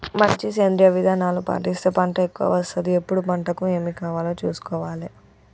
మంచి సేంద్రియ విధానాలు పాటిస్తే పంట ఎక్కవ వస్తది ఎప్పుడు పంటకు ఏమి కావాలో చూసుకోవాలే